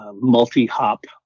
multi-hop